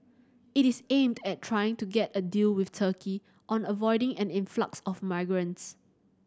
it is aimed at trying to get a deal with Turkey on avoiding an influx of migrants